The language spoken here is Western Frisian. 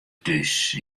thús